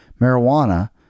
marijuana